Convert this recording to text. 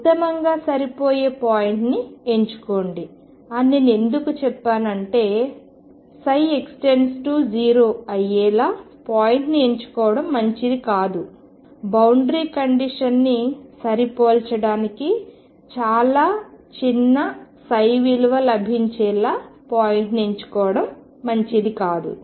ఉత్తమంగా సరిపోయే పాయింట్ ని ఎంచుకోండి అని నేను ఎందుకు చెప్పాను అంటే ψ→0 అయ్యేలా పాయింట్ ని ఎంచుకోవడం మంచిది కాదు బౌండరీ కండిషన్ని సరిపోల్చడానికి చాలా చిన్న విలువ లభించేలా పాయింట్ ని ఎంచుకోవడం మంచిది కాదు